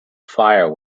fire